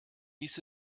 hieß